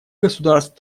государств